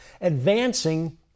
advancing